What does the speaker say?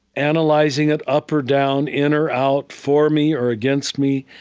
analyzing it up or down, in or out, for me or against me.